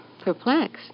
Perplexed